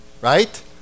right